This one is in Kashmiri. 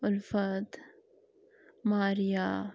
اُلفَت مارِیہ